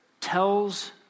tells